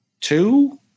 two